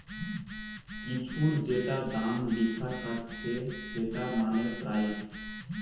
কিছুর যেটা দাম লিখা থাকছে সেটা মানে প্রাইস